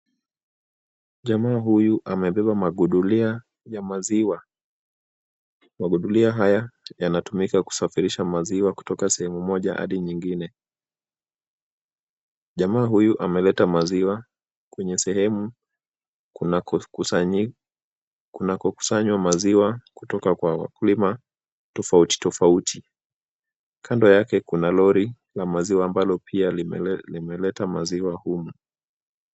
Jamaa huyu amebeba magudulia ya maziwa. Magudulia haya yanatumika kusafirisha maziwa kutoka sehemu moja hadi nyingine. Jamaa huyu ameleta maziwa kwenye sehemu kunako kusanywa maziwa, kutoka kwa wakulima tofauti tofauti. Kando yake kuna lori la maziwa ambalo pia limeleta maziwa humu.